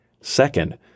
Second